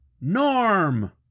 Norm